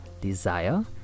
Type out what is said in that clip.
Desire